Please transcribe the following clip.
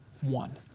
One